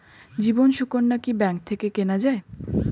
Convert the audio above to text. জীবন সুকন্যা কি ব্যাংক থেকে কেনা যায়?